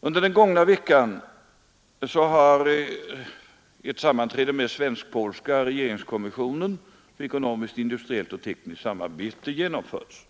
Under den gångna veckan har ett sammanträde med den svensk-polska regeringskommissionen om ekonomiskt, industriellt och tekniskt samarbete genomförts.